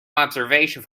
observation